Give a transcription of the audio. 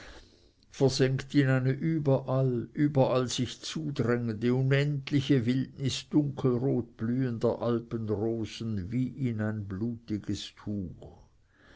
versenkt in eine überall überall sich zudrängende unendliche wildnis dunkelrot blühender alpenrosen wie in ein blutiges tuch